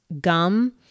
gum